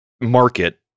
market